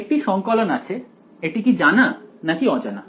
একটি সঙ্কলন আছে এটি কি জানা নাকি অজানা